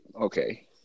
Okay